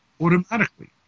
automatically